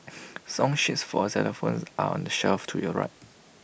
song sheets for xylophones are on the shelf to your right